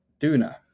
Duna